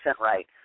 right